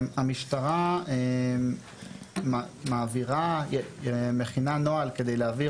בלי קשר לחוק הזה המשטרה מכינה נוהל כדי להעביר